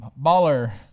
Baller